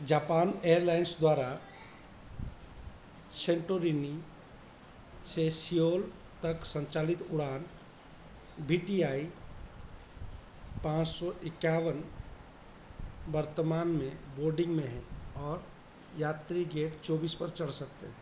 Japan airlines द्वारा Santorini से Seoul तक संचालित उड़ान बी टी आई पाँच सौ इक्यावन वर्तमान में बोर्डिंग में है और यात्री गेट चौबीस पर चढ़ सकते हैं